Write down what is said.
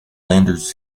landers